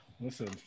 Listen